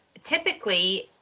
typically